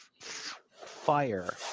fire